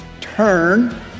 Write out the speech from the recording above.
turn